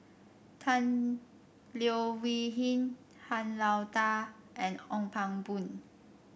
Tan Leo Wee Hin Han Lao Da and Ong Pang Boon